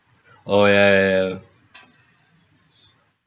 oh ya ya ya